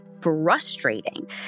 frustrating